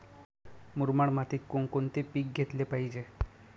मुरमाड मातीत कोणकोणते पीक घेतले पाहिजे?